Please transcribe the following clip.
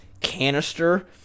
canister